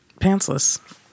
pantsless